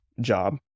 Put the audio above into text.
job